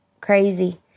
Crazy